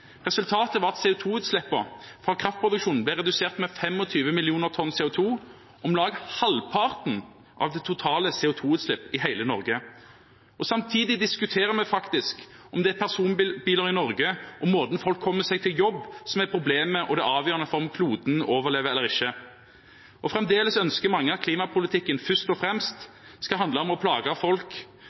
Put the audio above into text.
Resultatet var at CO 2 -utslippene fra kraftproduksjonen ble redusert med 25 millioner tonn CO 2 , om lag halvparten av det totale CO 2 -utslipp i hele Norge. Samtidig diskuterer vi faktisk om det er personbiler i Norge og måten folk kommer seg til jobb på, som er problemet og det avgjørende for om kloden overlever eller ikke. Og fremdeles ønsker mange at klimapolitikken først og fremst skal handle om å plage folk